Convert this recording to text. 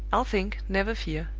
i'll think, never fear!